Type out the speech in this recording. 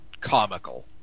comical